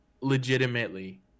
legitimately